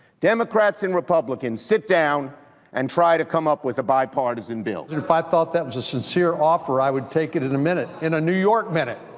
democrats and republicans, sit down and try to come up with a bipartisan bill. if i thought was a sin so veer offer, i would take it in a minute, in a new york minute,